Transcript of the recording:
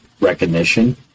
recognition